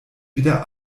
wieder